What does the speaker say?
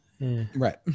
right